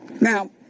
now